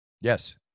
Yes